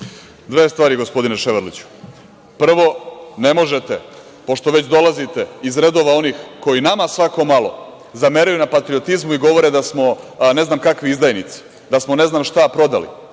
Dve stvari gospodine Ševarliću. Prvo, ne možete, pošto već dolazite iz redova onih koji nama svako malo zameraju na patriotizmu i govore da smo ne znam kakvi izdajnici, da smo ne znam šta prodali,